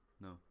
No